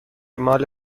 مال